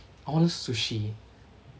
I want sushi